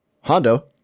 Hondo